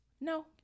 No